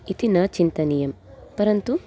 इति न चिन्तनीयं परन्तु